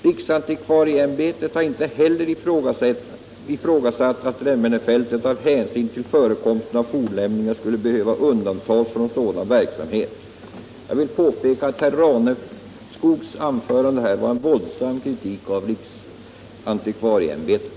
Riksantikvarieimbetet har inte heller ifrågasatt att Remmene-fältet av hänsyn till förekomsten av fornlämningar skulle behöva undantas från sådan verksamhet.” Jag vill påpeka att herr Raneskogs anförande här var en våldsam kritik av riksantikvarieämbetet.